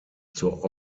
zur